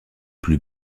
plus